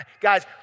Guys